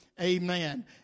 Amen